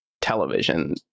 television